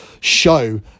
show